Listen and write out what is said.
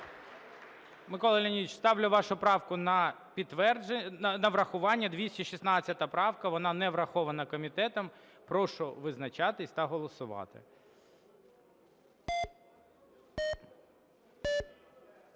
Микола Леонідович, ставлю вашу правку на врахування, 216 правка, вона не врахована комітетом. Прошу визначатись та голосувати.